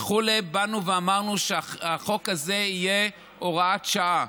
באנו ואמרנו שהחוק הזה יהיה הוראת שעה